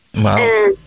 Wow